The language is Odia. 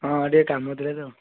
ହଁ ଟିକେ କାମ ଥିଲା ତ